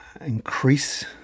increase